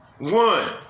one